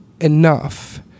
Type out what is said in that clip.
enough